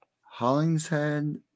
Hollingshead